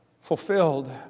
fulfilled